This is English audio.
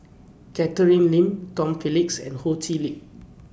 Catherine Lim Tom Phillips and Ho Chee Lick